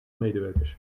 medewerkers